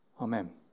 Amen